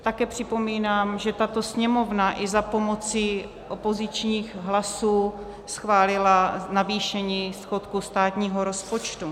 Také připomínám, že tato Sněmovna i za pomoci opozičních hlasů schválila navýšení schodku státního rozpočtu.